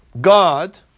God